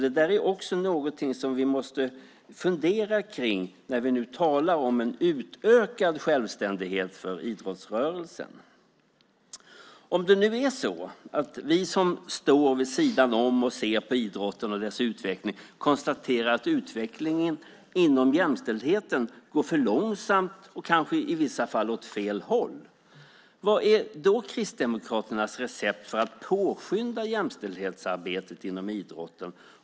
Det är också någonting som vi måste fundera på när vi nu talar om en utökad självständighet för idrottsrörelsen. Om vi som står vid sidan om och ser på idrotten och dess utveckling konstaterar att utvecklingen när det gäller jämställdheten går för långsamt och kanske i vissa fall åt fel håll undrar jag: Vad är Kristdemokraternas recept för att påskynda jämställdhetsarbetet inom idrotten?